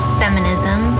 feminism